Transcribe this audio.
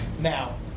now